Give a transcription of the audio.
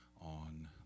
on